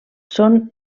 són